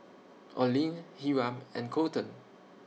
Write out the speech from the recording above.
Oline Hiram and Coleton